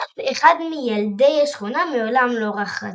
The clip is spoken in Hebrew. אף אחד מילדי השכונה מעולם לא רחץ